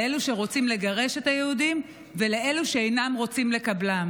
לאלו שרוצים לגרש את היהודים ולאלו שאינם רוצים לקבלם.